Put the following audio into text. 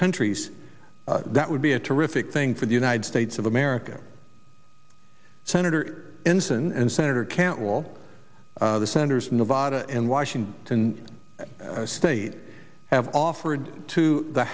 countries that would be a terrific thing for the united states of america senator ensign and senator cantwell all the senators nevada and washington state have offered to the